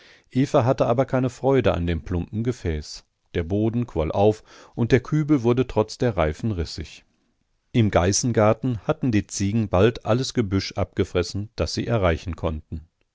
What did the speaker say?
hatte aber keine freude an dem plumpen gefäß der boden quoll auf und der kübel wurde trotz der reifen rissig im geißengarten hatten die ziegen bald alles gebüsch abgefressen das sie erreichen konnten